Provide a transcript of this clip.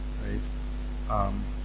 Right